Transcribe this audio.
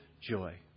joy